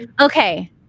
okay